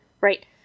Right